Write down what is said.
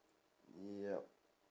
yup